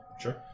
Sure